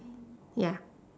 ya